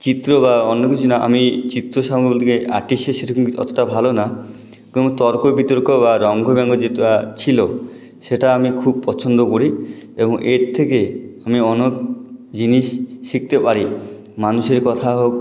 চিত্র বা অন্য কিছু না আমি চিত্র সম্বন্ধে বলতে আর্টিস্ট হিসেবে সেরকম অতটা ভালো না কোনও তর্কবিতর্ক বা রঙ্গ ব্যঙ্গ যেটা ছিল সেটা আমি খুব পছন্দ করি এবং এর থেকে আমি অনেক জিনিস শিখতে পারি মানুষের কথা হোক